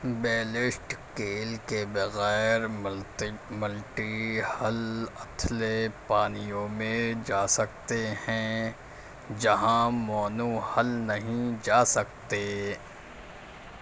بیلیسٹ keel کے بغیر ملتی ملٹی ہل اتھلے پانیوں میں جا سکتے ہیں جہاں مونو ہل نہیں جا سکتے